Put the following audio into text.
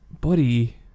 buddy